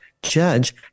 Judge